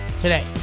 today